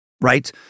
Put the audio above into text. right